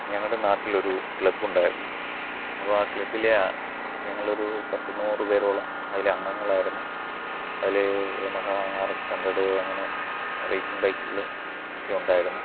ഞങ്ങളുടെ നാട്ടിലൊരു ക്ലബ്ബ് ഉണ്ടായിരുന്നു അപ്പം ആ ക്ലബ്ബിലെ ഞങ്ങളൊരു പത്തുനൂറ് പേരോളം അതിൽ അംഗങ്ങളായിരുന്നു അതിൽ യെമഹാ ആർ എക്സ് ഹണ്ട്രട് അങ്ങനെ റേസിംഗ് ബൈക്കുകൾ ഒക്കെ ഉണ്ടായിരുന്നു